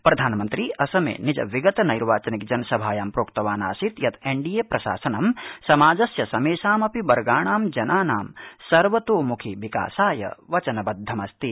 प्रधानमंत्री असमे निज विगत नध्यीचनिक जनसभायां प्रोक्तवान् आसीत् यत् एनडीए प्रशासनं समाजस्य समेषामपि वर्गाणां जनानां सर्वतोमुखी विकासाय वचनबद्धमस्ति